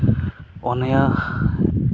ᱯᱩᱱᱤᱭᱟᱹ